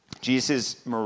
Jesus